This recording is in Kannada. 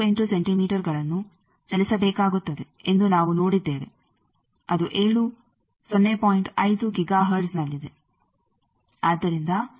48 ಸೆಂಟಿಮೀಟರ್ಗಳನ್ನು ಚಲಿಸಬೇಕಾಗುತ್ತದೆ ಎಂದು ನಾವು ನೋಡಿದ್ದೇವೆ ಅದು ಏಳು 0